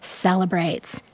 celebrates